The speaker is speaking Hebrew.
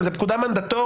זו פקודה מנדטורית.